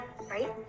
right